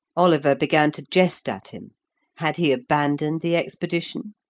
oliver began to jest at him had he abandoned the expedition?